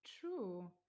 true